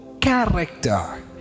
character